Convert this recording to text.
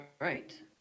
right